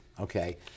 Okay